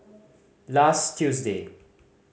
last Tuesday